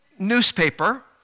newspaper